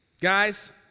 guys